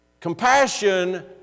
Compassion